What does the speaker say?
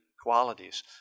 qualities